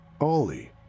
Ollie